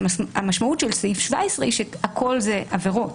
המשמעות של סעיף 17 היא שהכול זה עבירות.